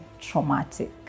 traumatic